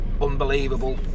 unbelievable